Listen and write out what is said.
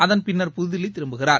அதன் பின்னர் புதுதில்லிதிரும்புகிறார்